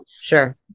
Sure